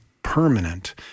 permanent